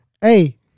Hey